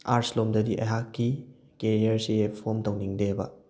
ꯑꯥꯔꯁꯂꯣꯝꯗꯗꯤ ꯑꯩꯍꯥꯛꯀꯤ ꯀꯦꯔꯤꯌꯔꯁꯤ ꯐꯣꯝ ꯇꯧꯅꯤꯡꯗꯦꯕ